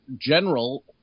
general